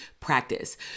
practice